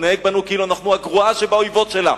לנהוג בנו כאילו אנחנו הגרועה שבאויבות שלה.